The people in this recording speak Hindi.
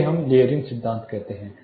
इसे हम लेयरिंग सिद्धांत कहते हैं